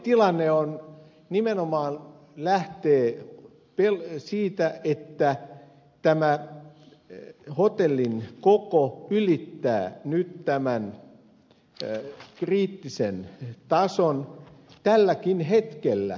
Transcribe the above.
tilanne nimenomaan lähtee siitä että hotellin koko ylittää nyt tämän kriittisen tason tälläkin hetkellä